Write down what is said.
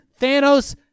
Thanos